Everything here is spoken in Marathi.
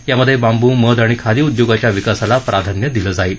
यामधे बांबू मध आणि खादी उद्योगाच्या विकासाला प्राधान्य दिलं जाईल